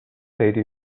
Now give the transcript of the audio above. state